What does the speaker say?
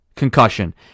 concussion